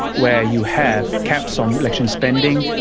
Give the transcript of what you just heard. where you have caps on election spending,